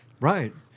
Right